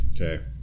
Okay